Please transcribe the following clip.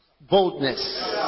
boldness